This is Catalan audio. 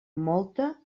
molta